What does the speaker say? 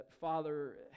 Father